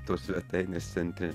tos svetainės centre